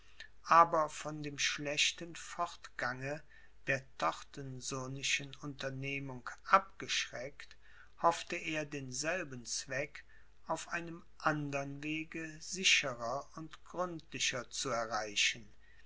aber von dem schlechten fortgange der torstensonischen unternehmung abgeschreckt hoffte er denselben zweck auf einem andern wege sicherer und gründlicher zu erreichen